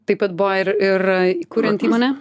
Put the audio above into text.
taip pat buvo ir ir įkuriant įmonę